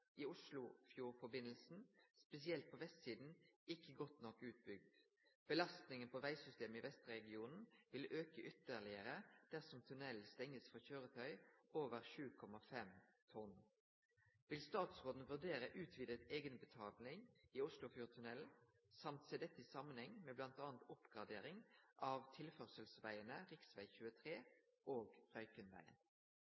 i Oslofjordforbindelsen, spesielt på vestsiden, ikke godt nok utbygd. Belastningen på veisystemet i vestregionen vil øke ytterligere dersom tunnelen stenges for kjøretøy over 7,5 tonn. Vil statsråden vurdere utvidet egenbetaling i Oslofjordtunnelen samt se dette i sammenheng med bl.a. oppgradering av tilførselsveiene rv. 23